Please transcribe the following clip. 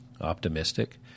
optimistic